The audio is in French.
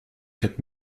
quatre